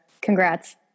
congrats